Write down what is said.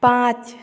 पाँच